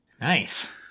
Nice